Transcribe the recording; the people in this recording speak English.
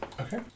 Okay